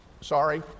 sorry